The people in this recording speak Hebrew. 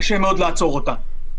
קשה מאוד לעצור אותה.